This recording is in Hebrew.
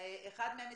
אחד מהמשרדים,